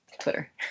Twitter